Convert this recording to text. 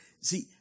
See